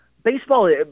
Baseball